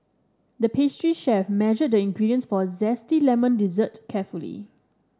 the pastry chef measured the ingredients for zesty lemon dessert carefully